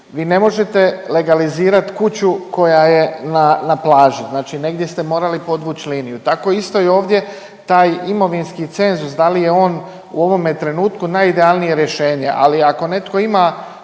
vi ne možete legalizirat kuću koja je na, na plaži. Znači negdje ste morali podvuć liniju, tako isto i ovdje taj imovinski cenzus da li je on u ovome trenutku najidealnije rješenje ali ako netko ima